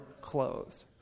clothes